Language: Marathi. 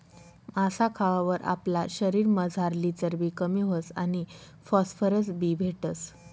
मासा खावावर आपला शरीरमझारली चरबी कमी व्हस आणि फॉस्फरस बी भेटस